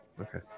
Okay